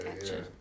gotcha